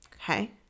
Okay